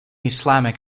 islamic